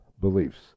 beliefs